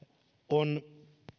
on